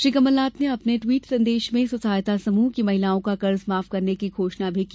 श्री कमलनाथ ने अपने ट्वीटर संदेश मे स्वसहायता समूह की महिलाओं का कर्ज माफ करने की घोषणा भी की